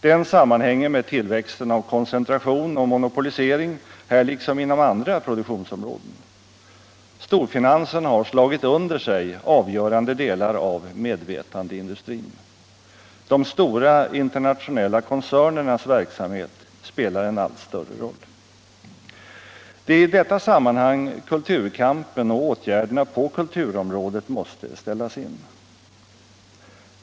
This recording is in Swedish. Den sammanhänger med tillväxten av koncentration och monopolisering här liksom inom andra produktionsområden. Storfinansen har slagit under sig avgörande delar av medvetandeindustrin. De stora internationella koncernernas verksamhet spelar en allt större roll. Det är i detta sammanhang kulturkampen och åtgärderna på kulturområdet måste sättas in.